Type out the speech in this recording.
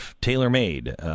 tailor-made